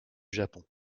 japon